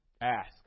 Ask